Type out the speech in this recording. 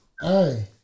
Hey